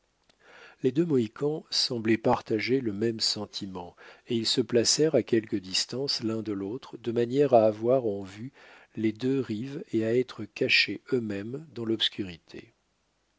les deux mohicans semblaient partager le même sentiment et ils se placèrent à quelque distance l'un de l'autre de manière à avoir en vue les deux rives et à être cachés eux-mêmes dans l'obscurité